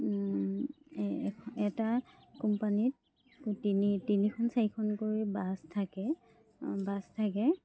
এটা কোম্পানীত তিনি তিনিখন চাৰিখনকৈ বাছ থাকে বাছ থাকে